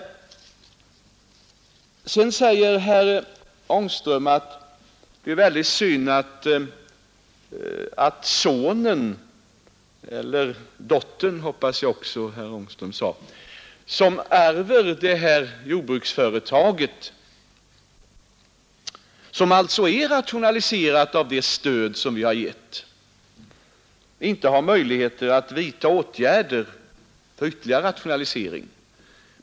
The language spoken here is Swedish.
Sedan säger herr Angström att det är synd att sonen — jag hoppas att han också menade dottern som ärver ett Jordbruk, som alltsa är rationaliserat med hjälp av det stöd som vi har givit. inte har möjligheter att vidta atgärder tör ytterligare rationalisering.